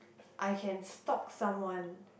I can stalk someone